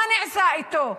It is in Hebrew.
מה נעשה איתו?